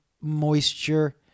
moisture